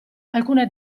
alcune